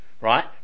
right